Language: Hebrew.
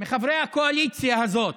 מחברי הקואליציה הזאת,